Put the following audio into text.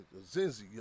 zinzi